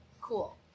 Cool